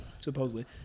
Supposedly